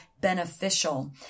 beneficial